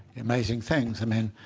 amazing things. i mean